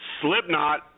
Slipknot